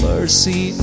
Mercy